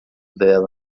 dela